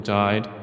died